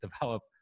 develop